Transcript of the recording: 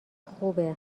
خوبه